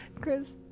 Chris